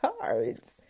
cards